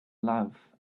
love